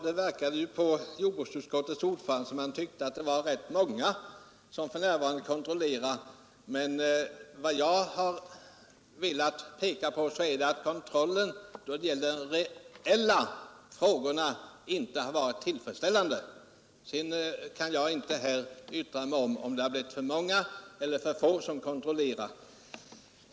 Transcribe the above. Det verkade på jordbruksutskottets ordförande som om han tyckte att det finns rätt många för närvarande som kontrollerar. Vad jag har velat peka på är att kontrollen då det gäller de reella frågorna inte har varit tillfredsställande. Däremot kan jag inte yttra mig i frågan om det har blivit för många eller för få som kontrollerar.